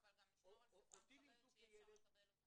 נשמור על שפה מכבדת שיהיה אפשר לקבל אותה.